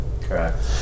Correct